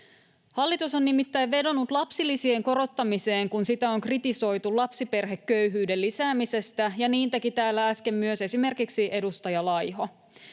Hallitus on nimittäin vedonnut lapsilisien korottamiseen, kun sitä on kritisoitu lapsiperheköyhyyden lisäämisestä, ja niin teki täällä äsken myös esimerkiksi edustaja Laiho.